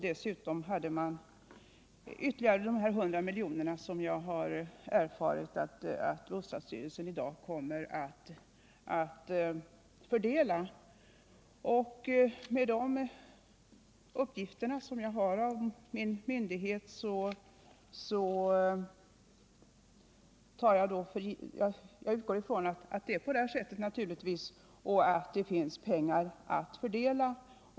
Dessutom fanns 100 milj.kr. som jag erfarit att bostadsstyrelsen kommer att fördela. Med anledning av dessa uppgifter från min myndighet utgår jag ifrån att det finns pengar att fördela.